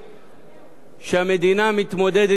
שהמדינה מתמודדת אתם יום-יום.